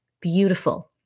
beautiful